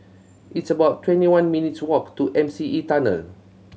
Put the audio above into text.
it's about twenty one minutes' walk to M C E Tunnel